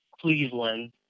Cleveland